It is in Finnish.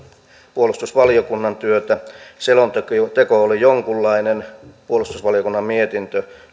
puolustusvaliokunnan työtä selonteko oli jonkunlainen puolustusvaliokunnan mietintö